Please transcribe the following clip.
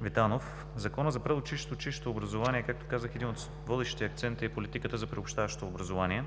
Витанов! В Закона за предучилищното и училищното образование, както казах, един от водещите акценти е политиката за приобщаващо образование.